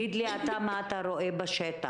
אתה תגיד לי מה אתה רואה בשטח.